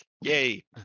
Yay